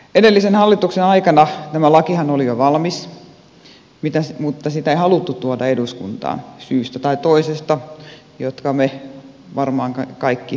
edellisen hallituksen aikanahan tämä laki oli jo valmis mutta sitä ei haluttu tuoda eduskuntaan syystä tai toisesta syyt me kaikki varmaan voimme aavistaa